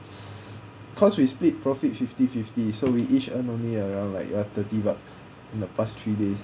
cause we split profit fifty fifty so we each earn only around like what thirty bucks in the past three days